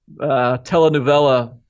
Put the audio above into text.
telenovela